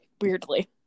weirdly